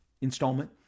installment